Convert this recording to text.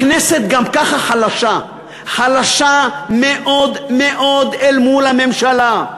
הכנסת גם ככה חלשה, חלשה מאוד מאוד אל מול הממשלה.